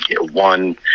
one